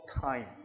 time